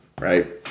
right